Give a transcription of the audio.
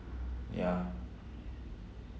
yeah